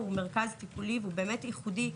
הוא מרכז טיפולי ייחודי.